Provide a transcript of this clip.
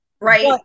Right